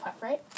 right